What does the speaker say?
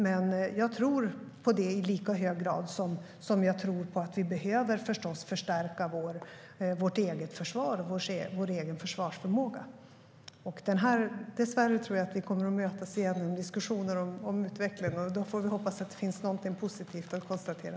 Men jag tror på det i lika hög grad som jag tror att vi behöver förstärka vårt eget försvar och vår egen försvarsförmåga. Dessvärre tror jag att vi kommer att mötas igen i diskussioner om den här utvecklingen. Då får vi hoppas att det också finns någonting positivt att konstatera.